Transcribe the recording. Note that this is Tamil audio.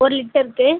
ஒரு லிட்டர்க்கு